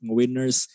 winners